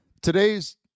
Today's